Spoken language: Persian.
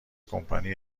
کمپانی